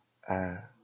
uh